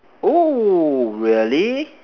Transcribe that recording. oh really